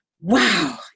wow